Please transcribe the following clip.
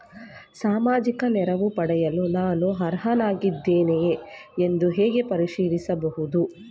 ಸಾಮಾಜಿಕ ನೆರವು ಪಡೆಯಲು ನಾನು ಅರ್ಹನಾಗಿದ್ದೇನೆಯೇ ಎಂದು ಹೇಗೆ ಪರಿಶೀಲಿಸಬಹುದು?